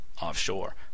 offshore